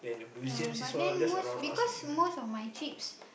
ya but then most because most of my trips